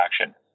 action